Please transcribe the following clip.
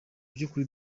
by’ukuri